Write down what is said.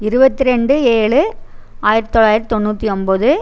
இருபத்து ரெண்டு ஏழு ஆயிரத்து தொளாயிரத்து தொண்ணூற்றி ஒம்பது